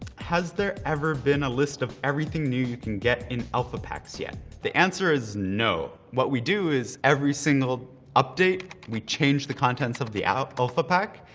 has there ever been a list of everything new you can get in alpha packs yet? the answer is no. what we do is every single update, we change the contents of the alpha pack,